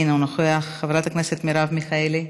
אינו נוכח, חברת הכנסת מרב מיכאלי,